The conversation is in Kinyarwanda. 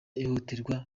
ihohoterwa